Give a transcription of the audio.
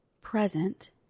present